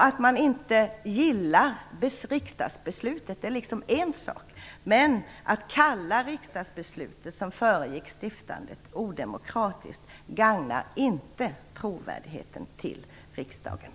Att man inte gillar riksdagsbeslutet är liksom en sak, men att kalla riksdagsbeslutet, som föregick stiftandet, för odemokratiskt gagnar inte riksdagens trovärdighet.